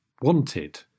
wanted